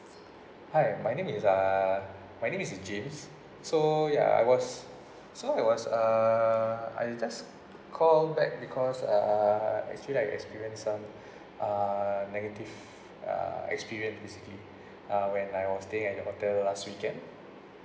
hi my name is uh my name is james so ya I was so I was uh I just call back because uh actually I experienced some uh negative uh experience basically uh when I was staying at your hotel last weekend